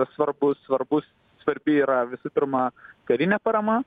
svarbus svarbus svarbi yra visų pirma karinė parama